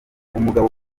umugabo